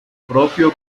propio